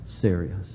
serious